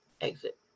exit